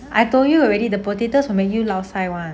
I told you already the potatoes will make you lao sai [one]